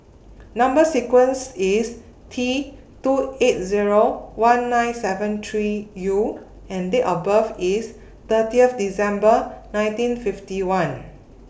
Number sequence IS T two eight Zero one nine seven three U and Date of birth IS thirtieth December nineteen fifty one